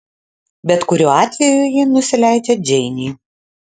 bet kuriuo atveju ji nusileidžia džeinei